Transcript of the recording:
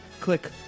Click